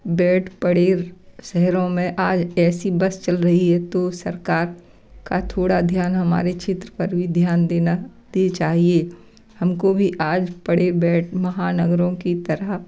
बैठ पड़ेर शहरों में आज ऐसी बस चल रही है तो सरकार का थोड़ा ध्यान हमारे क्षेत्र पर भी ध्यान देना दी चाहिए हम को भी आज बड़े बैठ महानगरों की तरह